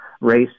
race